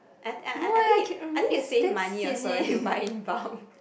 I I I think it I think is save money also you buying bound